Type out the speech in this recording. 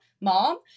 mom